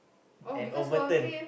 an overturn